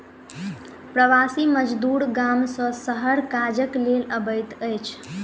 प्रवासी मजदूर गाम सॅ शहर काजक लेल अबैत अछि